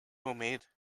homemade